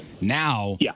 Now